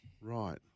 Right